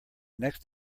next